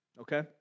okay